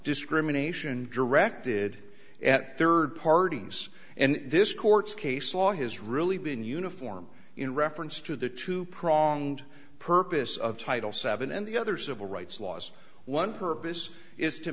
discrimination directed at third parties and this court's case law has really been uniform in reference to the two pronged purpose of title seven and the other civil rights laws one purpose is to